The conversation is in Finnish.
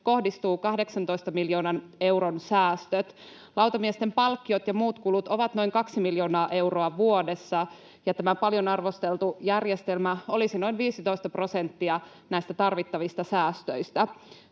kohdistuu 18 miljoonan euron säästöt. Lautamiesten palkkiot ja muut kulut ovat noin kaksi miljoonaa euroa vuodessa, ja tämä paljon arvosteltu järjestelmä olisi noin 15 prosenttia näistä tarvittavista säästöistä.